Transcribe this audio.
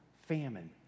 famine